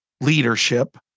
leadership